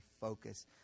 focus